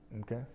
Okay